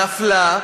נפלה,